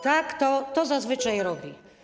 Tak, to zazwyczaj robi.